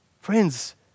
Friends